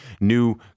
new